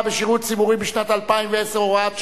בשירות הציבורי בשנת 2010 (הוראת שעה).